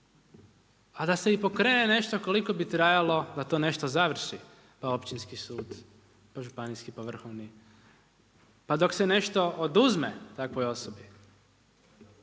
A da se i pokrene nešto koliko bi trajalo da to nešto završi pa Općinski sud, pa Županijski, pa Vrhovni. Pa dok se nešto oduzme takvoj osobi.